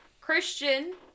Christian